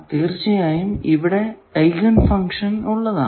തീർച്ചയായും ഇവിടെ eigenfunction ഉള്ളതാണ്